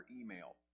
email